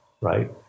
right